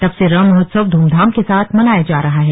तब से रं महोत्सव ध्रमधाम के साथ मनाया जा रहा है